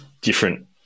different